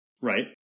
Right